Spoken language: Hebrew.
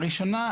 הראשונה,